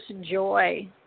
joy